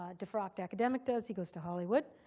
ah defrocked academic does. he goes to hollywood,